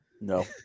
No